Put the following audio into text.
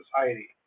society